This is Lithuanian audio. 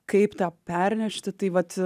kaip tą pernešti tai vat